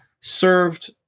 served